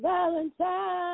Valentine